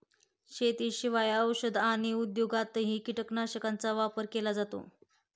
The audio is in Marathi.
शेतीशिवाय औषध आणि उद्योगातही कीटकनाशकांचा वापर केला जातो